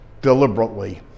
deliberately